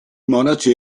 monaci